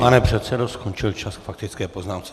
Pane předsedo, skončil čas k faktické poznámce.